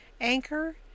Anchor